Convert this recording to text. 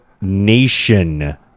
nation